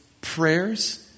prayers